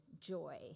joy